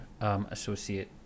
associate